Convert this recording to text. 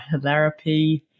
therapy